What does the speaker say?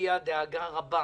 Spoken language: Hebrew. הביעה דאגה רבה